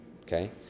okay